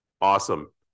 awesome